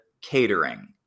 catering